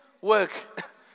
work